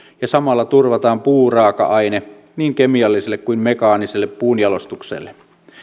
ja samalla turvataan puuraaka aine niin kemialliselle kuin mekaaniselle puunjalostukselle